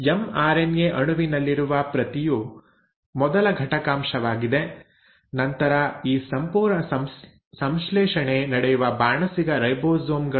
mRNA ಅಣುವಿನಲ್ಲಿರುವ ಪ್ರತಿಯು ಮೊದಲ ಘಟಕಾಂಶವಾಗಿದೆ ನಂತರ ಈ ಸಂಪೂರ್ಣ ಸಂಶ್ಲೇಷಣೆ ನಡೆಯುವ ಬಾಣಸಿಗ ರೈಬೋಸೋಮ್ ಗಳು